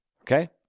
Okay